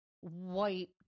white